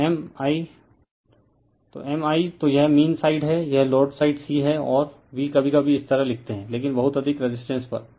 तो m l तो यह मीन साइड है यह लोड साइड C है और V कभी कभी इस तरह लिखते हैं लेकिन बहुत अधिक रेजिस्टेंस पर